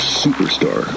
superstar